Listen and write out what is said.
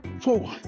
four